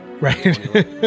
right